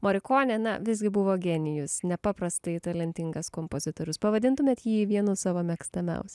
morikonė na visgi buvo genijus nepaprastai talentingas kompozitorius pavadintumėt jį vienu savo mėgstamiausių